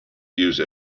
use